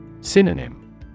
Synonym